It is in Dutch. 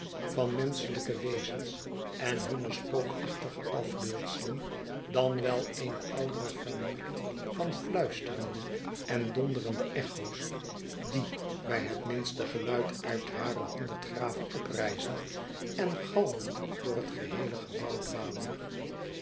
van menschelijke wezens en hnrine spookachtige afbeeldselen dan wel eene oudere familie van fluisterende en donderende echo's die bij het minste geluid uit hare honderd graven oprijzen en galmend door het geheele gebouw dwalen